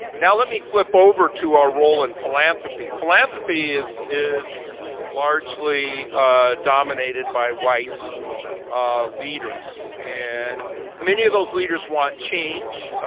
let me flip over to a role in philanthropy. philanthropy is is largely dominated by white um leaders. and many of those leaders want change.